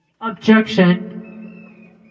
Objection